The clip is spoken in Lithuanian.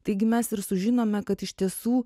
taigi mes ir sužinome kad iš tiesų